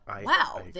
wow